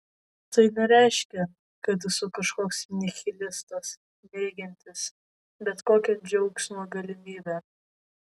tai nereiškia kad esu kažkoks nihilistas neigiantis bet kokią džiaugsmo galimybę